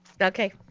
okay